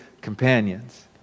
companions